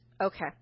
Okay